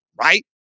Right